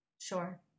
Sure